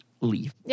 leave